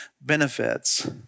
benefits